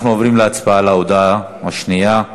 אנחנו עוברים להצבעה על ההודעה השנייה.